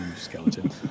skeleton